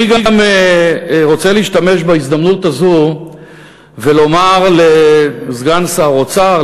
אני גם רוצה להשתמש בהזדמנות הזו ולומר לסגן שר האוצר,